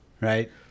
Right